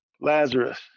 Lazarus